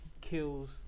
kills